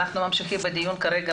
אנחנו ממשיכים בדיון כרגע.